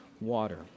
water